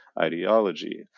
ideology